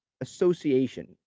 association